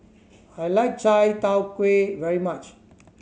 I like chai tow kway very much